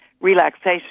relaxation